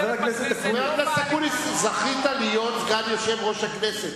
חבר הכנסת אקוניס, זכית להיות סגן יושב-ראש הכנסת.